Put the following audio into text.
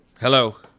Hello